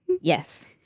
Yes